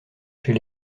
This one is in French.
chez